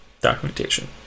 documentation